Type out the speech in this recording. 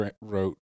wrote